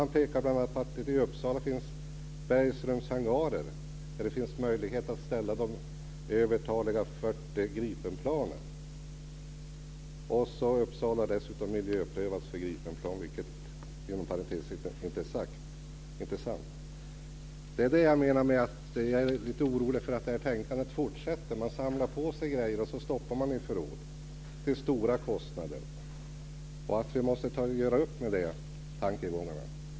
Man pekar bl.a. på att det i Uppsala finns bergrumshangarer där det finns möjlighet att ställa de övertaliga 40 Gripenplanen. Uppsala har dessutom miljöprövats för Gripenplan, vilket inom parentes inte är sant. Det är därför jag är lite orolig för att man fortsätter att tänka på detta vis. Man samlar på sig grejer, och så stoppar man i förråd till stora kostnader. Vi måste göra upp med de tankegångarna.